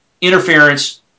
interference